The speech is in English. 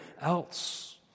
else